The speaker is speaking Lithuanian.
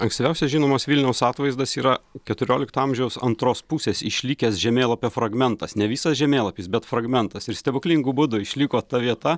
ankstyviausias žinomas vilniaus atvaizdas yra keturiolikto amžiaus antros pusės išlikęs žemėlapio fragmentas ne visas žemėlapis bet fragmentas ir stebuklingu būdu išliko ta vieta